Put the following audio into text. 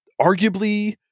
arguably –